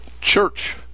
church